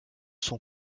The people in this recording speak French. sont